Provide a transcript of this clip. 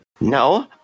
No